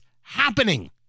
happening